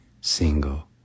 single